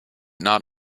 not